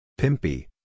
Pimpy